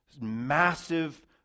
massive